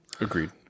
Agreed